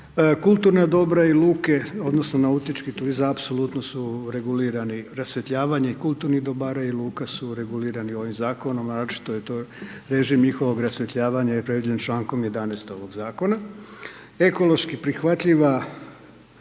Kulturna dobra i luke odnosno nautički turizam apsolutno su regulirani rasvjetljavanje i kulturnih dobara i luka su regulirani ovim Zakonom, a naročito je to režim njihovog rasvjetljavanja je predviđen čl. 11. ovog Zakona. Ekološki prihvatljiva